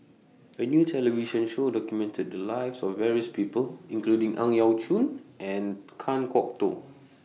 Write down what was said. A New television Show documented The Lives of various People including Ang Yau Choon and Kan Kwok Toh